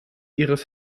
ihres